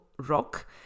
rock